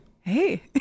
Hey